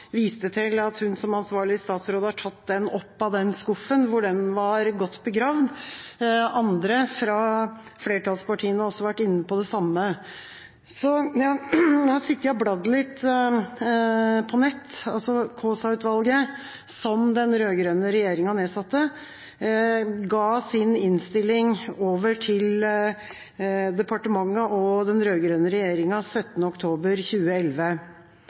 viste til at hun som ansvarlig statsråd har tatt den opp av den skuffen, hvor den var godt begravd. Andre fra flertallspartiene har vært inne på det samme. Jeg har sittet og bladd litt på nett. Kaasa-utvalget, som den rød-grønne regjeringa nedsatte, avga sin innstilling til departementet og den rød-grønne regjeringa 17. oktober 2011.